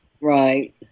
Right